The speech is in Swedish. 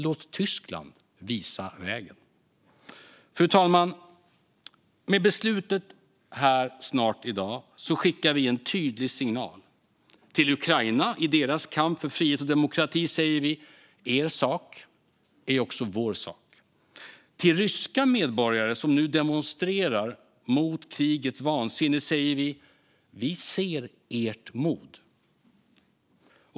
Låt Tyskland visa vägen! Fru talman! Med det beslut vi snart tar här i dag skickar vi en tydlig signal. Till Ukraina, i deras kamp för frihet och demokrati, säger vi: Er sak är också vår sak. Till ryska medborgare som nu demonstrerar mot krigets vansinne säger vi: Vi ser ert mod.